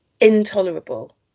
intolerable